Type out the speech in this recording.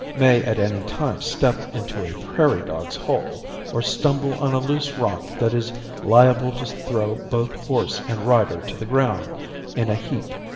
may at any time step into a prairie dogs' hole or stumble on a loose rock that is liable to throw both horse and rider to the ground in a heap.